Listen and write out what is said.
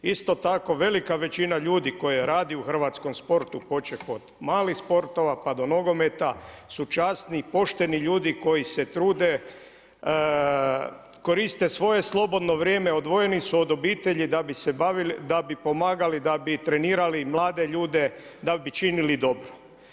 Isto tako, velika većina ljudi koja radi u hrvatskom sportu počev od malih sportova pa do nogometa su časni i pošteni ljudi koji se trude, koriste svoje slobodno vrijeme, odvojeni su od obitelji da bi pomagali, da bi trenirali mlade ljude, da bi činili dobro.